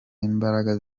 imbaraga